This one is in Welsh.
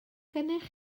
gennych